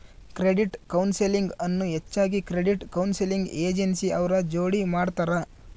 credit counselling ಅನ್ನು ಹೆಚ್ಚಾಗಿ credit counselling agency ಅವ್ರ ಜೋಡಿ ಮಾಡ್ತರ